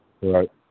right